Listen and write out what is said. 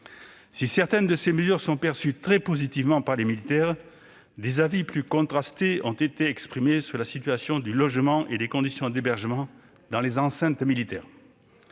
Si certaines de ses mesures sont perçues très positivement par les militaires, des avis plus contrastés ont été exprimés sur la situation du logement et les conditions d'hébergement dans les enceintes militaires.